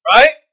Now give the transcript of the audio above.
Right